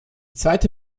zweite